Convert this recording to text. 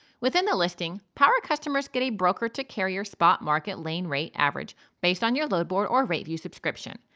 within the listing, power customers get a broker to carrier spot market lane rate average based on your load board or rate view subscription.